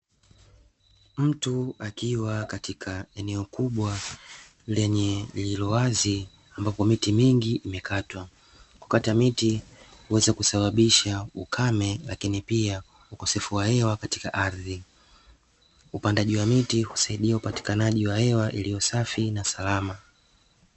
Mtu akiwa katika eneo kubwa lenye lililowazi ambapo miti mingi imekatwa, kukata miti kuweza kusababisha ukame lakini pia ukosefu wa yeye wa katika ardhi upandaji wa miti husaidia upatikanaji wa hewa iliyosafi na salama.